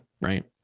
right